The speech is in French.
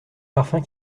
parfum